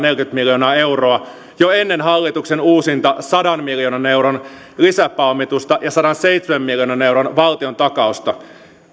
miljoonaa euroa jo ennen hallituksen uusinta sadan miljoonan euron lisäpääomitusta ja sadanseitsemän miljoonan euron valtiontakausta